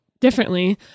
differently